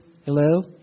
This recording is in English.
hello